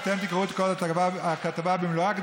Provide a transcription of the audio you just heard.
ואתם תקראו את כל הכתבה במלואה,